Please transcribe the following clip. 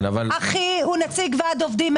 אחי הוא נציג ועד עובדים.